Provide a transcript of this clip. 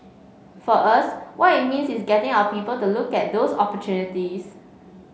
for us what it means is getting our people to look at those opportunities